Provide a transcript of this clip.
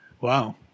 Wow